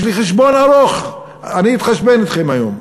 יש לי חשבון ארוך, אני אתחשבן אתכם היום.